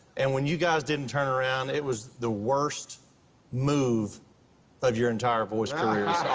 and when you guys didn't turn around, it was the worst move of your entire voice careers.